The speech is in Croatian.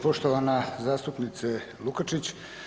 Poštovana zastupnice Lukačić.